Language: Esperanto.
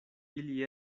ili